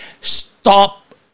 Stop